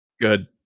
Good